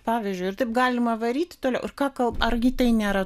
pavyzdžiui ir taip galima varyti toliau ir ką kalb argi tai nėra